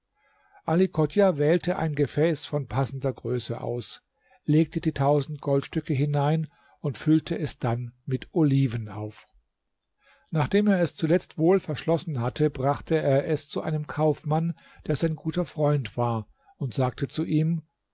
ali chodjah wählte ein gefäß von passender größe aus legte die tausend goldstücke hinein und füllte es dann mit oliven auf nachdem er es zuletzt wohl verschlossen hatte brachte er es zu einem kaufmann der sein guter freund war und sagte zu ihm